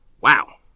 Wow